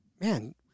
man